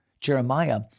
Jeremiah